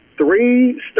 three